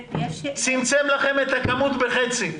צמצם לכם את הכמות בחצי.